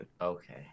okay